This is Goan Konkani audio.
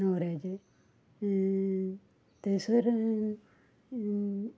नवऱ्याचें थंयसर